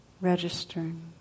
registering